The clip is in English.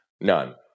none